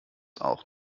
auch